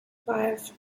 five